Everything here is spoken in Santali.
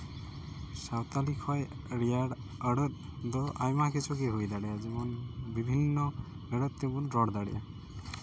ᱥᱟᱱᱛᱟᱞᱤ ᱠᱷᱚᱱ ᱟᱹᱰᱤ ᱟᱸᱴ ᱟᱹᱲᱟᱹ ᱫᱚ ᱟᱭᱢᱟ ᱠᱤᱪᱷᱩ ᱜᱮ ᱦᱩᱭ ᱫᱟᱲᱮᱭᱟᱜᱼᱟ ᱡᱮᱢᱚᱱ ᱵᱤᱵᱷᱤᱱᱱᱚ ᱟᱹᱲᱟᱹ ᱛᱮᱵᱚᱱ ᱨᱚᱲ ᱫᱟᱲᱮᱭᱟᱜᱼᱟ